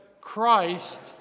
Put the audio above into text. Christ